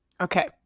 Okay